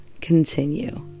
continue